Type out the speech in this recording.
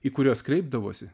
į kuriuos kreipdavosi